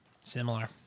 Similar